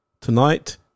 Tonight